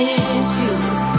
issues